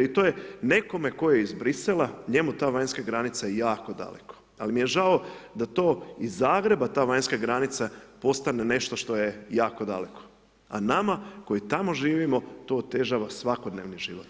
I to je nekome tko je iz Brisela, njemu ta vanjska granica je jako daleko, ali m i je žao da to iz Zagreba ta vanjska granica postane nešto što je jako daleko, a nama koji tamo živimo, to otežava svakodnevni život